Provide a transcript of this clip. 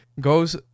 goes